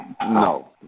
No